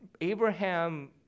Abraham